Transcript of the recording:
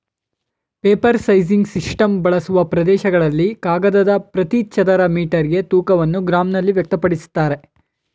paper sizing system ಬಳಸುವ ಪ್ರದೇಶಗಳಲ್ಲಿ ಕಾಗದದ ಪ್ರತಿ ಚದರ ಮೀಟರ್ಗೆ ತೂಕವನ್ನು ಗ್ರಾಂನಲ್ಲಿ ವ್ಯಕ್ತಪಡಿಸ್ತಾರೆ